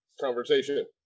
conversation